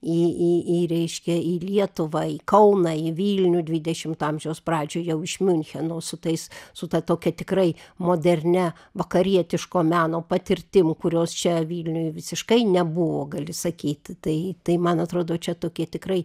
į į į reiškia į lietuvą į kauną į vilnių dvidešimto amžiaus pradžioj jau iš miuncheno su tais su ta tokia tikrai modernia vakarietiško meno patirtim kurios čia vilniuj visiškai nebuvo gali sakyti tai tai man atrodo čia tokie tikrai